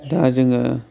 दा जोङो